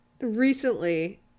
recently